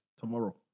Tomorrow